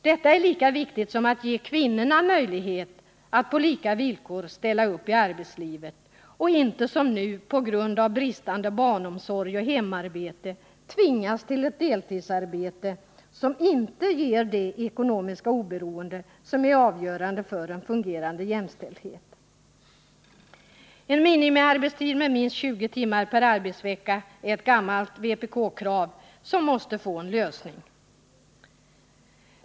Det är lika viktigt som att ge kvinnorna möjlighet att på lika villkor ställa upp i arbetslivet. De skall inte som nu — på grund av bristande barnomsorg och för stor del av hemarbetet — tvingas till ett deltidsarbete, som inte ger det ekonomiska oberoende som är avgörande för en fungerande jämställdhet. En minimiarbetstid om minst 20 timmar per arbetsvecka är ett gammalt vpk-krav, som måste få en lösning.